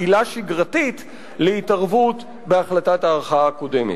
עילה שגרתית להתערבות בהחלטת הערכאה הקודמת.